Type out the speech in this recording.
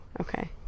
okay